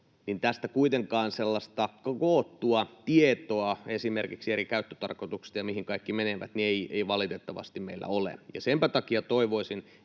osa. Tästä kuitenkaan sellaista koottua tietoa esimerkiksi eri käyttötarkoituksista ja siitä, mihin kaikki menee, ei valitettavasti meillä ole. Senpä takia toivoisin,